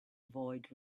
avoid